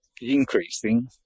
increasing